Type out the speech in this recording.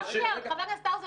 חבר הכנסת האוזר,